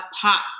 pop